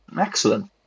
excellent